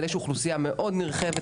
אבל יש אוכלוסייה מאוד נרחבת,